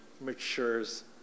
matures